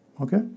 Okay